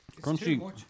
crunchy